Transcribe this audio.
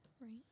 right